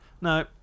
No